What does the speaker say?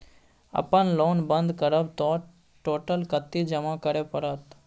अपन लोन बंद करब त टोटल कत्ते जमा करे परत?